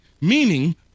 Meaning